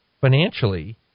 financially